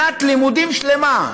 שנת לימודים שלמה.